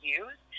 use